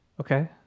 Okay